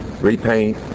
repaint